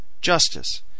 Justice